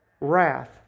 Wrath